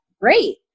great